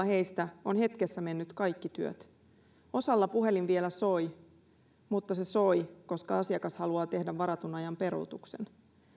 heistä on hetkessä mennyt kaikki työt osalla puhelin vielä soi mutta se soi koska asiakas haluaa tehdä varatun ajan peruutuksen